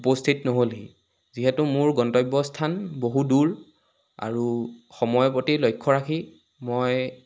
উপস্থিত নহ'লহি যিহেতু মোৰ গন্তব্য স্থান বহু দূৰ আৰু সময়ৰ প্ৰতি লক্ষ্য ৰাখি মই